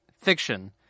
fiction